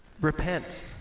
repent